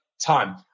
time